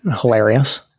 Hilarious